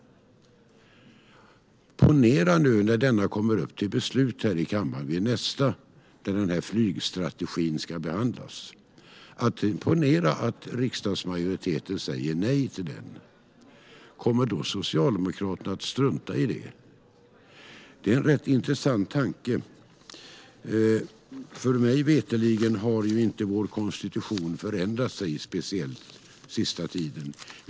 Ponera, när denna kommer upp till beslut här i kammaren när flygstrategin ska behandlas, att riksdagsmajoriteten säger nej - kommer då Socialdemokraterna att strunta i det? Det är en rätt intressant tanke. Mig veterligen har vår konstitution inte förändrats särskilt mycket den sista tiden.